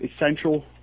essential